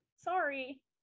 sorry